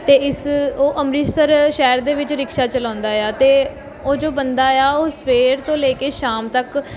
ਅਤੇ ਇਸ ਉਹ ਅੰਮ੍ਰਿਤਸਰ ਸ਼ਹਿਰ ਦੇ ਵਿੱਚ ਰਿਕਸ਼ਾ ਚਲਾਉਂਦਾ ਏ ਆ ਤੇ ਉਹ ਜੋ ਬੰਦਾ ਏ ਆ ਉਹ ਸਵੇਰ ਤੋਂ ਲੈ ਕੇ ਸ਼ਾਮ ਤੱਕ